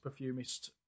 perfumist